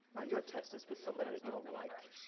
not your testes, but somebody that you don't like.